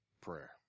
prayer